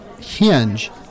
hinge